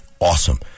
Awesome